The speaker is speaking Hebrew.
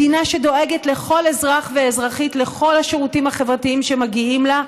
מדינה שדואגת לכל אזרח ואזרחית לכל השירותים החברתיים שמגיעים לה,